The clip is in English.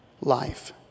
life